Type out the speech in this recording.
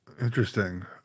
Interesting